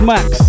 Max